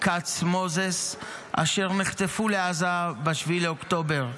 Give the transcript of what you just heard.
כץ מוזס אשר נחטפו לעזה ב-7 באוקטובר.